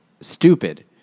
stupid